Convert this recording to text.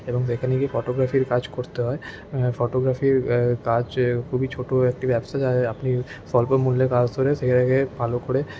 এবং সেখানে গিয়ে ফটোগ্রাফির কাজ করতে হয় ফটোগ্রাফির কাজ খুবই ছোটো একটি ব্যবসা যার আপনি স্বল্প মূল্যে কাজ ধরে সেইটাকে ভালো করে